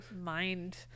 mind